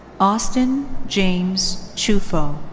austin james chufo.